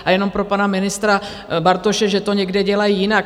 A jenom pro pana ministra Bartoše, že to někde dělají jinak.